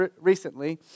recently